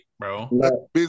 Bro